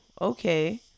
okay